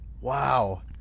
Wow